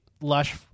lush